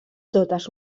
totes